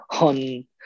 on